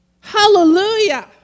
hallelujah